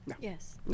Yes